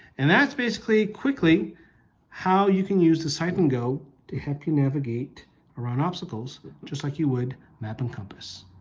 and that's basically quickly how you can use the cycling go to help you navigate around obstacles just like you would map and compass